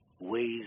ways